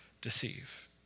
deceive